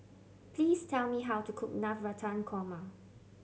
please tell me how to cook Navratan Korma